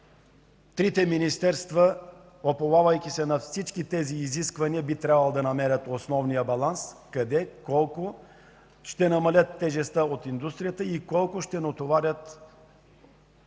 Трите министерства, уповавайки се на всички тези изисквания, би трябвало да намерят основния баланс – къде и с колко ще намалят тежестта от индустрията и с колко ще натоварят крайния